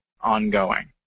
ongoing